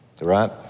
Right